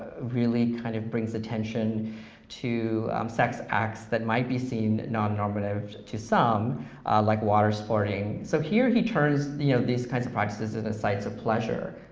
really kind of brings attention to sex acts that might be seen non normative to some like watersporting, so here he turns you know these kinds of practices into sights of pleasure.